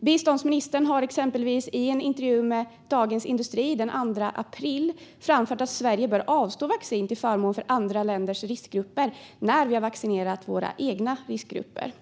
Biståndsministern har exempelvis i en intervju med Dagens industri den 2 april framfört att Sverige bör avstå vaccin till förmån för andra länders riskgrupper när vi har vaccinerat våra egna riskgrupper.